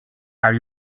are